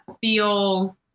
feel